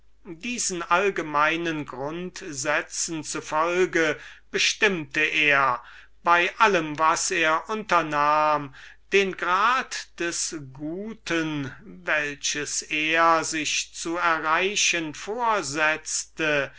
diesen allgemeinen grundsätzen zufolge bestimmte er die absichten bei allem was er unternahm den grad des guten welches er sich zu erreichen